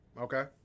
Okay